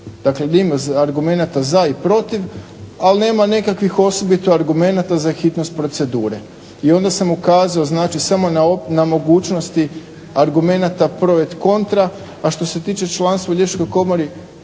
Dakle gdje ima argumenata za i protiv, ali nema nekakvih osobito argumenata za hitnost procedure. I onda sam ukazao znači samo na mogućnosti argumenata …/Govornik se ne razumije./… a što se tiče članstva u …/Govornik